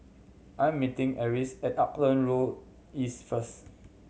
I am meeting Arlis at Auckland Road East first